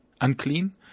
unclean